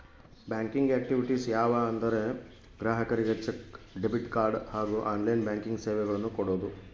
banking activities ಯಾವ ಅಂದರೆ ಗ್ರಾಹಕರಿಗೆ ಚೆಕ್, ಡೆಬಿಟ್ ಕಾರ್ಡ್ ಹಾಗೂ ಆನ್ಲೈನ್ ಬ್ಯಾಂಕಿಂಗ್ ಸೇವೆಗಳನ್ನು ಕೊಡೋದು